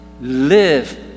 Live